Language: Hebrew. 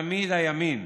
תמיד הימין,